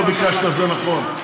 לא ביקשת, זה נכון.